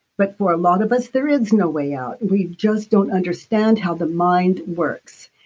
but for a lot of us there is no way out, we just don't understand how the mind works.